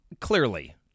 Clearly